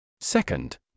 Second